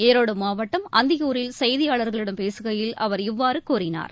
ஈரோடு மாவட்டம் அந்தியூரில் செய்தியாளர்களிடம் பேசுகையில் அவர் இவ்வாறு கூறினார்